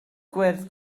gwyrdd